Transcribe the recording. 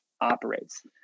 operates